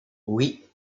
oui